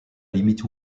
limite